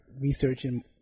researching